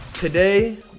Today